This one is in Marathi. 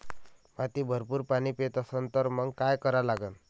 माती भरपूर पाणी पेत असन तर मंग काय करा लागन?